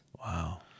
Wow